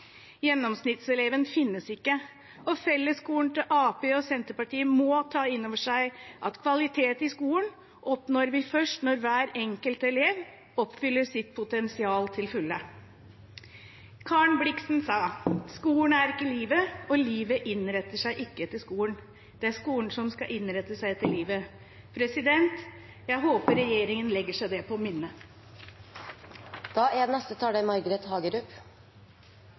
Gjennomsnittseleven finnes ikke, og fellesskolen til Arbeiderpartiet og Senterpartiet må ta inn over seg at kvalitet i skolen oppnår vi først når hver enkelt elev oppfyller sitt potensial til fulle. Karen Blixen sa: «Skolen er ikke livet, og livet innretter seg ikke etter skolen; det er skolen som skal innrette seg etter livet.» Jeg håper regjeringen legger seg det på